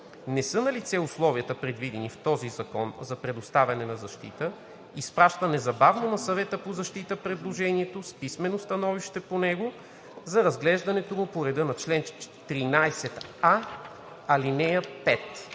не са налице условията, предвидени в този закон за предоставяне на защита, изпраща незабавно на Съвета по защита предложението с писмено становище по него за разглеждането му по реда на чл. 13а, ал. 5.“